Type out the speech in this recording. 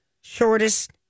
shortest